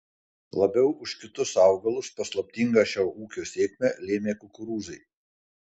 labiau už kitus augalus paslaptingą šio ūkio sėkmę lėmė kukurūzai